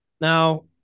Now